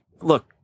look